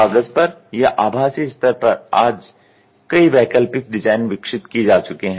कागज पर या आभासी स्तर पर आज कई वैकल्पिक डिजाइन विकसित की जा चुकी हैं